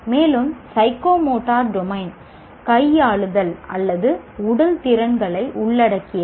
மேலும் psychomotor domain கையாளுதல் அல்லது உடல் திறன்களை உள்ளடக்கியது